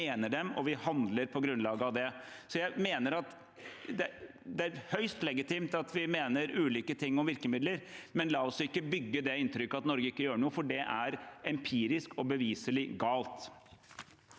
vi mener dem, og vi handler på grunnlag av det. Det er høyst legitimt at vi mener ulike ting om virkemidler, men la oss ikke bygge opp under det inntrykket at Norge ikke gjør noe, for det er empirisk og beviselig galt.